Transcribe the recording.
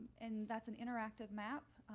and that's an interactive map.